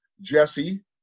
jesse